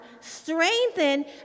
strengthen